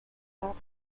out